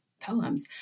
poems